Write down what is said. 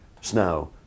snow